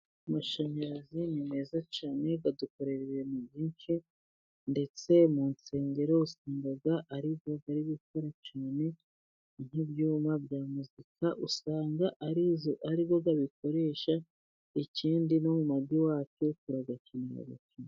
Amashanyarazi ni meza cyane adukorera ibintu byinsh. Ndetse mu nsengero usanga ari gukora cyane, nk'ibyuma bya muzika usanga ariyo bakoresha. ikindi kandi no mu ngo iwacu turayakenera